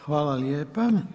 Hvala lijepa.